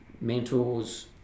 mentors